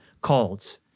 called